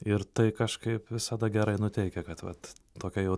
ir tai kažkaip visada gerai nuteikia kad vat tokia jau